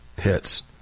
hits